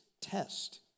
test